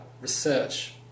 research